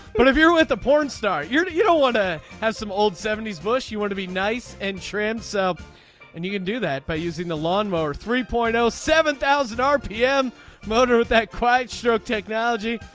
but if you're with a porn star you're not you don't want to have some old seventy s bush you want to be nice and trim so and you can do that by using the lawnmower three point zero ah seven thousand ah apm motor with that quite strong technology.